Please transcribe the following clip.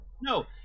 No